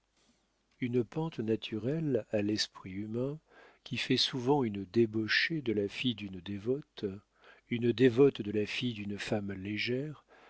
une pente naturelle à l'esprit humain qui fait souvent une débauchée de la fille d'une dévote une dévote de la fille d'une femme légère